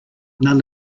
none